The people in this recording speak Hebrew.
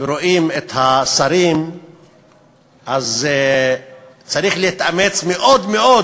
ורואים את השרים אז צריך להתאמץ מאוד מאוד